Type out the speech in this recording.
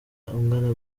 ungana